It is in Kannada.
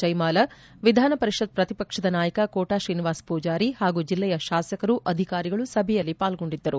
ಜಯಮಾಲಾ ವಿಧಾನಪರಿಷತ್ ಪ್ರತಿಪಕ್ಷದ ನಾಯಕ ಕೋಟ ಶ್ರೀನಿವಾಸ ಪೂಜಾರಿ ಹಾಗೂ ಜಿಲ್ಲೆಯ ಶಾಸಕರು ಅಧಿಕಾರಿಗಳು ಸಭೆಯಲ್ಲಿ ಪಾಲ್ಲೊಂಡಿದ್ದರು